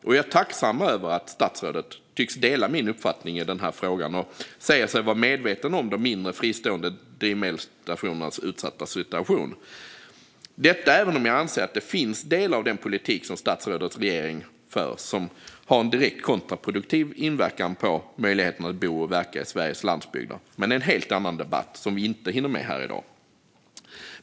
Jag är tacksam över att statsrådet tycks dela min uppfattning i denna fråga och säger sig vara medveten om de mindre, fristående drivmedelsstationernas utsatta situation - detta även om jag anser att det finns delar av den politik som statsrådets regering för som har en direkt kontraproduktiv inverkan på möjligheterna att bo och verka på Sveriges landsbygder. Men det är en helt annan debatt som vi inte hinner med här i dag.